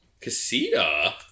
Casita